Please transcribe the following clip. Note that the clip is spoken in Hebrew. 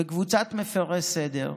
וקבוצת מפירי סדר,